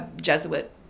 Jesuit